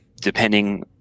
depending